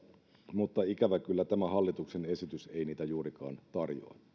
mutta ikävä kyllä tämä hallituksen esitys ei niitä juurikaan tarjoa